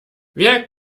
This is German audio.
wer